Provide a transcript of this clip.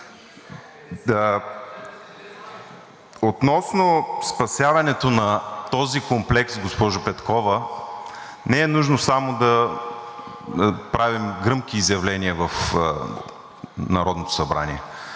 Относно спасяването на този комплекс, госпожо Петкова, не е нужно само да правим гръмки изявления в Народното събрание.